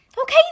Okay